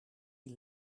die